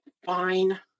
Fine